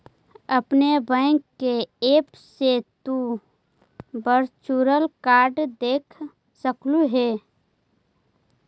अपने बैंक के ऐप से तु वर्चुअल कार्ड देख सकलू हे